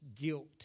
guilt